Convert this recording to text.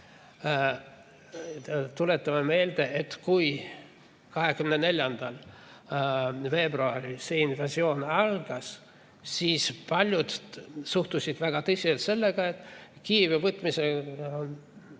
Tuletame meelde, et kui 24. veebruaril see invasioon algas, siis paljud suhtusid väga tõsiselt sellesse, et Kiievi võtmiseni on